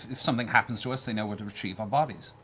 if something happens to us, they know where to retrieve our bodies.